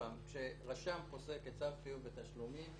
כשרשם פוסק צו חיוב בתשלומים,